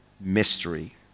mystery